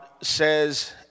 says